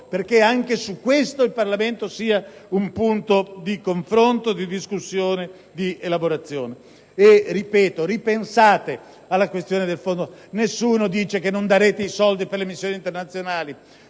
perché anche su questo il Parlamento sia un punto di confronto, di discussione e di elaborazione. E ripeto: ripensate alla questione del fondo! Nessuno dice che non darete i soldi per le missioni internazionali;